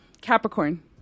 Capricorn